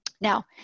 Now